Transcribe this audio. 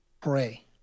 pray